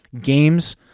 games